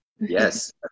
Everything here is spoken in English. Yes